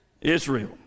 Israel